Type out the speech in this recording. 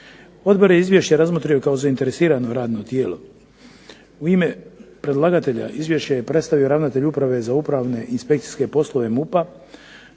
Odbor je izvješće razmotrio kao zainteresirano radno tijelo. U ime predlagatelja izvješće je predstavio ravnatelj Uprave za upravne i inspekcijske poslove MUP-a.